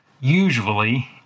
usually